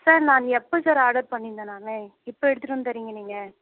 sir நான் எப்போ sir order பண்ணியிருந்தேன் நான் இப்போ எடுத்துகிட்டு வந்து தர்றீங்க நீங்கள்